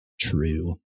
true